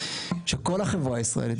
שכל החברה הישראלית,